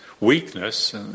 weakness